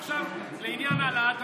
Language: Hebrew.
עכשיו לעניין העלאת המיסים.